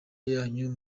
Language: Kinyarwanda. yanyu